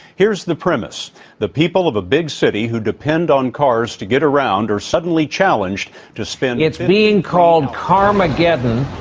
here's the premise the people of a big city who depend on cars to get around are suddenly challenged to spend, journalist yeah it's being called carmageddon,